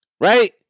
right